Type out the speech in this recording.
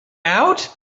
out